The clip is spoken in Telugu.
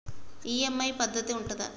ఈ.ఎమ్.ఐ పద్ధతి ఉంటదా?